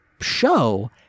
show